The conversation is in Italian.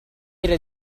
era